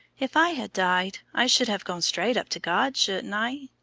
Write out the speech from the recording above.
if i had died i should have gone straight up to god, shouldn't i?